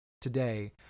today